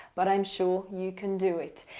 but i'm sure you can do it.